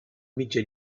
mitja